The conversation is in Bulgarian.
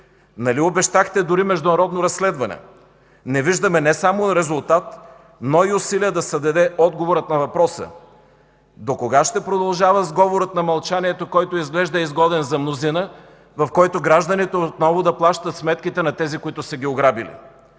Нали обещахте дори международно разследване? Не виждаме не само резултат, но и усилие да се даде отговорът на въпроса. Докога ще продължава сговорът на мълчанието, който, изглежда, е изгоден за мнозина, в който гражданите отново да плащат сметките на тези, които са ги ограбили?